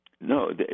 No